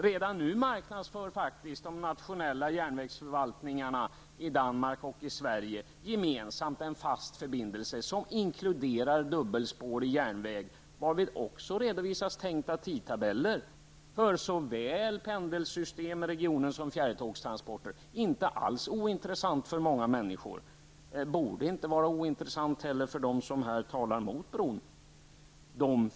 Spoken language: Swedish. Redan nu marknadsför faktiskt de nationella järnvägsförvaltarna i Danmark och i Sverige gemensamt en fast förbindelse som inkluderar dubbelspårig järnväg, varvid också redovisas tänkta tidtabeller för såväl pendelsystem i regionen som fjärrtågtransporter -- inte alls ointressant för många människor. Det borde inte heller vara ointressant för dem som här talar mot bron.